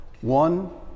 one